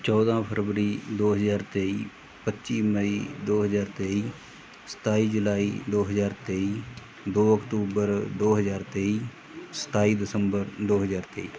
ਚੌਦਾਂ ਫਰਵਰੀ ਦੋ ਹਜ਼ਾਰ ਤੇਈ ਪੱਚੀ ਮਈ ਦੋ ਹਜ਼ਾਰ ਤੇਈ ਸਤਾਈ ਜੁਲਾਈ ਦੋ ਹਜ਼ਾਰ ਤੇਈ ਦੋ ਅਕਤੂਬਰ ਦੋ ਹਜ਼ਾਰ ਤੇਈ ਸਤਾਈ ਦਸੰਬਰ ਦੋ ਹਜ਼ਾਰ ਤੇਈ